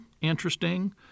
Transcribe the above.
interesting